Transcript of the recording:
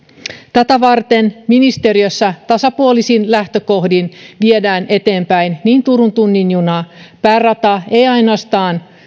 tätä varten ministeriössä tasapuolisin lähtökohdin viedään eteenpäin niin turun tunnin junaa päärataa ei ainoastaan